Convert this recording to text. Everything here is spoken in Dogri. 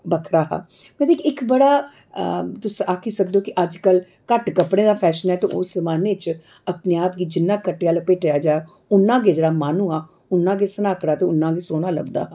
बक्खरा हा मतलब कि इक बड़ा तुस आक्खी सकदे ओ कि अज्जकल घट्ट कपड़े दा फैशन ऐ उस जमान्ने च अपने आप गी जिन्ना खट्टेआ लपेटआ जा उन्ना गै जेह्ड़ा माहनू हा उन्ना गै सनाह्कड़ा ते उन्ना गै सौहना लभदा हा